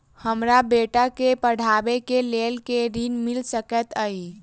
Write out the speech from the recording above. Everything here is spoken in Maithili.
हमरा बेटा केँ पढ़ाबै केँ लेल केँ ऋण मिल सकैत अई?